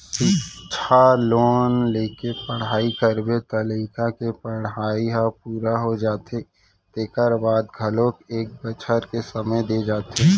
सिक्छा लोन लेके पढ़ई करबे त लइका के पड़हई ह पूरा हो जाथे तेखर बाद घलोक एक बछर के समे दे जाथे